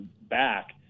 back